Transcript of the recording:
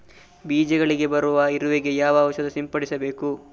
ಬೀಜಗಳಿಗೆ ಬರುವ ಇರುವೆ ಗೆ ಯಾವ ಔಷಧ ಸಿಂಪಡಿಸಬೇಕು?